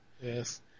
Yes